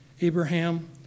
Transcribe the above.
Abraham